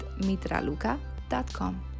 mitraluka.com